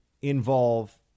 involve